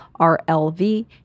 RLV